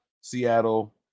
Seattle